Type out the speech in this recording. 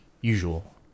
usual